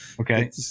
Okay